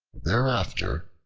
thereafter,